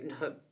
no